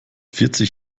vierzig